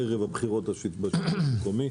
ערב הבחירות לשלטון המקומי,